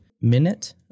Minute